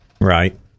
right